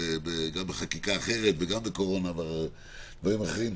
גם בחקיקה אחרת וגם בקורונה ודברים אחרים,